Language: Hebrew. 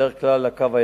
בדרך כלל ל"קו הירוק",